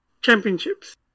championships